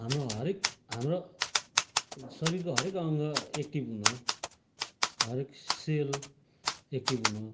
हाम्रो हरेक हाम्रो शरीरको हरेक अङ्ग एक्टिभ हुनु हो हरेक सेल एक्टिभ हुनु हो